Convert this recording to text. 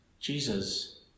Jesus